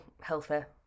healthier